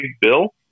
bill